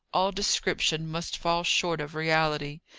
all description must fall short of reality,